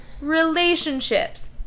relationships